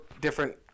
different